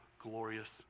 glorious